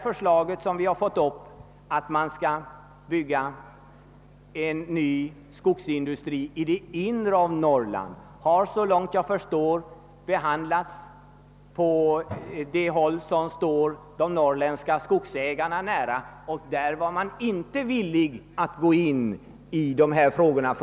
Förslaget att det bör byggas en ny skogsindustri i det inre av Norrland har såvitt jag förstår behandlats på ett håll som står de norrländska skogsägarna nära, men där var man inte villig att ta upp frågan.